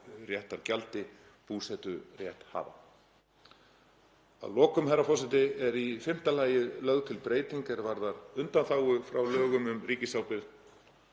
búseturéttargjaldi búseturéttarhafa. Að lokum, herra forseti, er í fimmta lagi lögð til breyting er varðar undanþágu frá lögum um ríkisábyrgð.